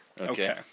Okay